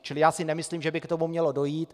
Čili já si nemyslím, že by k tomu mělo dojít.